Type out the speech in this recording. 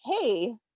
hey